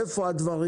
איפה הדברים